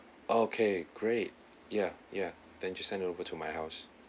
okay great yeah yeah than just send over to my house